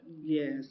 Yes